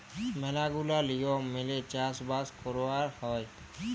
ম্যালা গুলা লিয়ম মেলে চাষ বাস কয়রা হ্যয়